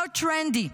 how trendy,